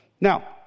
Now